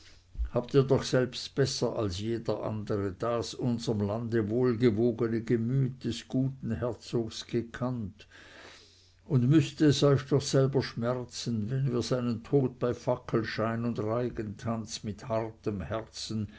habt ihr doch selbst besser als jeder andere das unserm lande wohlgewogene gemüt des guten herzogs gekannt und müßte es euch doch selber schmerzen wenn wir seinen tod bei fackelschein und reigentanz mit hartem herzen